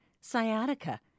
sciatica